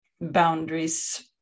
boundaries